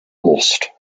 lost